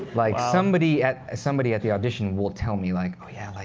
like somebody at somebody at the audition will tell me, like oh yeah,